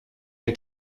der